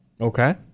Okay